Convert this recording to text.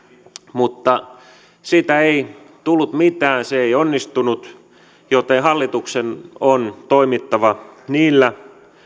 mutta siitä ei tullut mitään se ei onnistunut joten hallituksen on toimittava niillä